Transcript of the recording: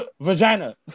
Vagina